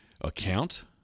account